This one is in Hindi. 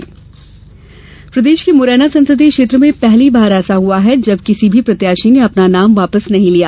मुरैना नाम वापसी प्रदेश के मुरैना संसदीय क्षेत्र में पहली बार ऐसा हुआ है जब किसी भी प्रत्याशी ने अपना नाम वापस नहीं लिया